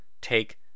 take